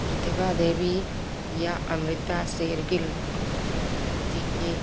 प्रतिभा देवी या अमृता शेरगिल जी के